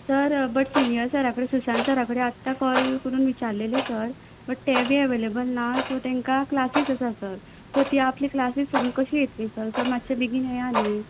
sir but senior सरा कडेन सुशान सरा कडेन आत्तां कॉल करून विचाल्लेलें सर बट तेवूय बी अवेलेबल ना सो तांकां क्लासीस आसा सर सो ती आपली क्लासीस सोडून कशी येत्ली सर सो मात्शे बेगीन येयात न्हय